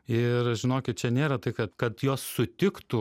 ir žinokit čia nėra tai kad kad jos sutiktų